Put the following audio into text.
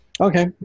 Okay